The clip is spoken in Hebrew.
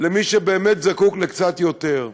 למי שבאמת זקוק לקצת יותר.